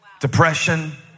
depression